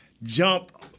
jump